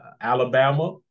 alabama